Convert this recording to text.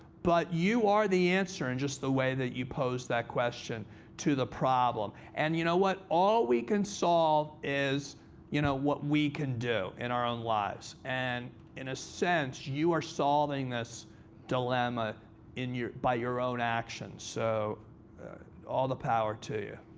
but you are the answer in just the way that you pose that question to the problem. and you know what? all we can solve is you know what we can do in our own lives. and in a sense, you are solving this dilemma by your own actions. so all the power to